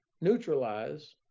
neutralize